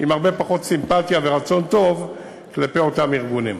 עם הרבה פחות סימפתיה ורצון טוב כלפי אותם ארגונים.